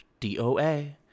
DOA